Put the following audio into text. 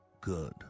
good